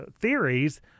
theories